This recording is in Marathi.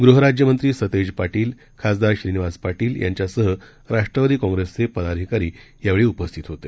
गृहराज्यमंत्री सतेज पाटील खासदार श्रीनिवास पाटील यांच्यासह राष्ट्रवादी काँप्रेसचे पदाधिकारी उपस्थित होते